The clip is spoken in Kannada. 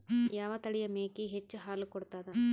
ಯಾವ ತಳಿಯ ಮೇಕಿ ಹೆಚ್ಚ ಹಾಲು ಕೊಡತದ?